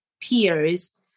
peers